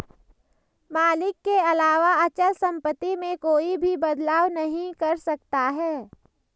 मालिक के अलावा अचल सम्पत्ति में कोई भी बदलाव नहीं कर सकता है